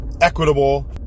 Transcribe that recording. equitable